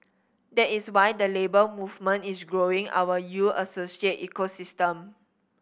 that is why the Labour Movement is growing our U Associate ecosystem